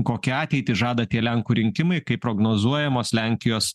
kokią ateitį žada tie lenkų rinkimai kaip prognozuojamos lenkijos